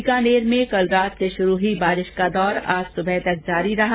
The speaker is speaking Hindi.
वीकानेर में कल रात से शुरू हुई बारिश का दौर आज सुवह तक जारी रहा